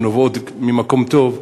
שנובעות ממקום טוב,